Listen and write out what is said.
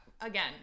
again